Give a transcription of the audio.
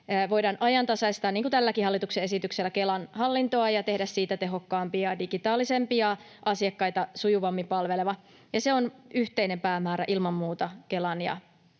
voidaan ajantasaistaa — niin kuin tälläkin hallituksen esityksellä — Kelan hallintoa ja tehdä siitä tehokkaampi ja digitaalisempi ja asiakkaita sujuvammin palveleva. Se on yhteinen päämäärä ilman muuta Kelan ja